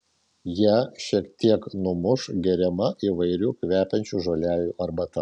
ją šiek tiek numuš geriama įvairių kvepiančių žolelių arbata